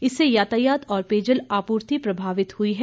इससे यातायात और पेयजल आपूर्ति प्रभावित हुई है